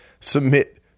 submit